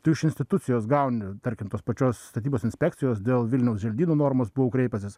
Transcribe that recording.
tu iš institucijos gauni tarkim tos pačios statybos inspekcijos dėl vilniaus želdynų normos buvau kreipęsis